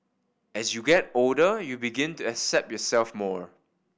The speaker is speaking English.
as you get older you begin to accept yourself more